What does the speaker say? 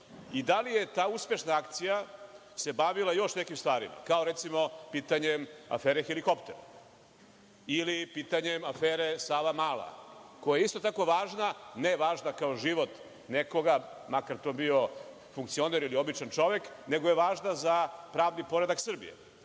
i da li je ta uspešna akcija se bavila još nekim stvarima, kao recimo, pitanje afere helikopter ili pitanjem afere Savamala koja je isto tako važna, ne važna kao život nekoga makar to bio funkcioner ili običan čovek, nego je važna za pravni poredak Srbije. Da